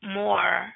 more